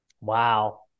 Wow